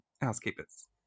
housekeepers